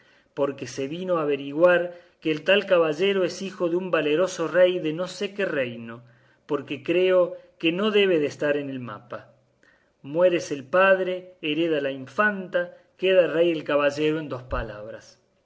porque se vino a averiguar que el tal caballero es hijo de un valeroso rey de no sé qué reino porque creo que no debe de estar en el mapa muérese el padre hereda la infanta queda rey el caballero en dos palabras